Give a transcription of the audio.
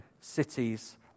cities